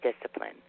discipline